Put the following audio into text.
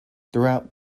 throughout